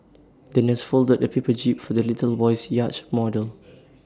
the nurse folded A paper jib for the little boy's yacht model